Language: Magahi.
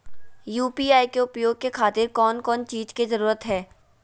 यू.पी.आई के उपयोग के खातिर कौन कौन चीज के जरूरत है?